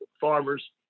farmers